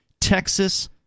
Texas